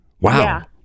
Wow